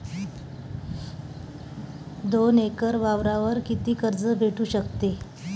दोन एकर वावरावर कितीक कर्ज भेटू शकते?